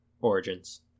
Origins